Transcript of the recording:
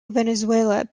venezuela